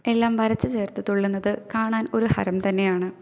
എല്ലാം വരച്ചു ചേർത്ത് തുള്ളുന്നത് കാണാൻ ഒരു ഹരം തന്നെയാണ്